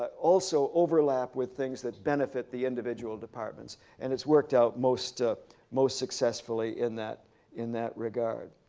ah also overlap with things that benefit the individual departments. and it's worked out most ah most successfully in that in that regard.